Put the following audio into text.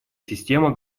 система